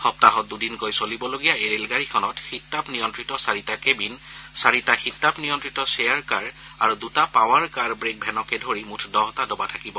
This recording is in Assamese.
সপ্তাহত দুদিনকৈ চলিবলগীয়া এই ৰেলগাড়ীখনত শীততাপ নিয়ন্ত্ৰিত চাৰিটা কেবিন চাৰিটা শীততাপ নিয়ন্নিত চেয়াৰকাৰ আৰু দুটা পাৱাৰ কাৰ ব্ৰেক ভেনকে ধৰি মুঠ দহটা ডবা থাকিব